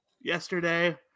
yesterday